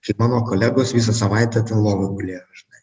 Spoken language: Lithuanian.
kaip mano kolegos visą savaitę ten lovoj gulėjo žinai